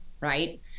right